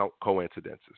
coincidences